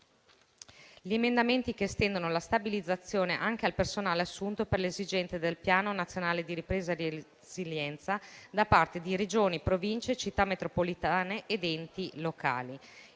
gli emendamenti che estendono la stabilizzazione anche al personale assunto per le esigenze del Piano nazionale di ripresa e resilienza da parte di Regioni, Province, Città metropolitane ed enti locali.